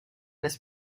this